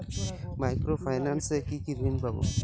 Micro finance এ কি কি ঋণ পাবো?